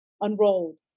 unrolled